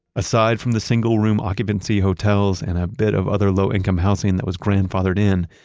aside from the single-room occupancy hotels and a bit of other low-income housing that was grandfathered in,